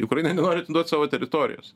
ukraina nenori atiduot savo teritorijos